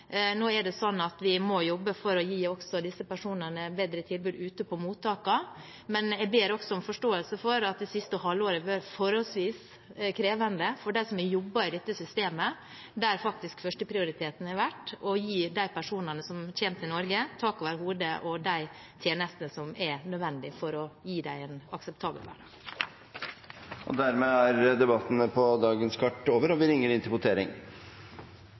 Nå er det sånn at vi må jobbe for å gi også disse personene et bedre tilbud ute på mottakene, men jeg ber også om forståelse for at det siste halvåret har vært forholdsvis krevende for dem som har jobbet i dette systemet, der faktisk førsteprioriteten har vært å gi de personene som kommer til Norge, tak over hodet og de tjenestene som er nødvendig for å gi dem akseptable forhold. Flere har ikke bedt om ordet til sak nr. 12. Da er Stortinget klar til å gå til votering.